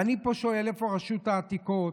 ואני שואל: איפה רשות העתיקות?